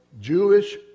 Jewish